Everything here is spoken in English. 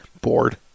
Bored